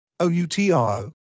OUTRO